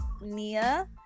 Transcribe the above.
Nia